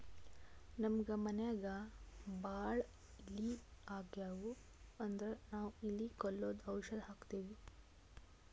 ನಮ್ಮ್ ಮನ್ಯಾಗ್ ಭಾಳ್ ಇಲಿ ಆಗಿವು ಅಂದ್ರ ನಾವ್ ಇಲಿ ಕೊಲ್ಲದು ಔಷಧ್ ಹಾಕ್ತಿವಿ